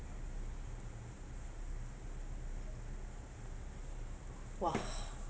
!wah!